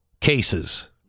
cases